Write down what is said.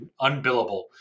unbillable